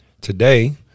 Today